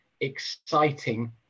exciting